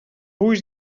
ulls